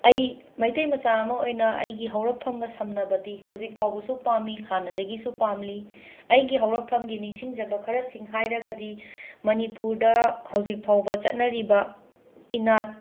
ꯑꯩ ꯃꯩꯇꯩ ꯃꯆꯥ ꯑꯃ ꯑꯣꯏꯅ ꯑꯩꯒꯤ ꯍꯧꯔꯛꯐꯝꯒ ꯁꯝꯅꯕꯗꯤ ꯍꯧꯖꯤꯛ ꯐꯥꯎꯕꯁꯨ ꯄꯥꯝꯃꯤ ꯍꯥꯟꯅꯗꯒꯤꯁꯨ ꯄꯥꯝꯂꯤ ꯑꯩꯒꯤ ꯍꯧꯔꯛꯐꯝꯒꯤ ꯅꯤꯡꯁꯤꯡꯖꯕ ꯈꯔꯁꯤꯡ ꯍꯥꯏꯔꯒꯗꯤ ꯃꯅꯤꯄꯨꯔꯗ ꯍꯧꯖꯤꯛ ꯐꯥꯎꯕ ꯆꯠꯅꯔꯤꯕꯥ ꯏꯅꯥꯠ